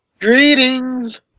Greetings